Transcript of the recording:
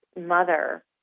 mother